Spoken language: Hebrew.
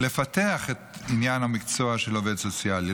לפתח את עניין המקצוע של עובד סוציאלי,